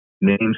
names